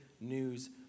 news